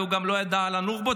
והוא גם לא ידע על הנוח'בות,